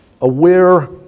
aware